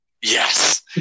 yes